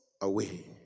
away